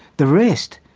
the rest,